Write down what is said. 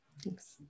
Thanks